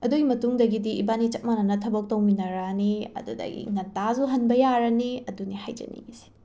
ꯑꯗꯨꯏ ꯃꯇꯨꯡꯗꯒꯤꯗꯤ ꯏꯕꯥꯅꯤ ꯆꯞ ꯃꯥꯅꯅ ꯊꯕꯛ ꯇꯧꯃꯤꯟꯅꯔꯛꯑꯅꯤ ꯑꯗꯨꯗꯒꯤ ꯉꯟꯇꯥꯁꯨ ꯍꯟꯕ ꯌꯥꯔꯅꯤ ꯑꯗꯨꯅꯤ ꯍꯥꯏꯖꯅꯤꯡꯉꯤꯁꯦ